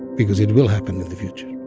because it will happen in the future